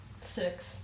Six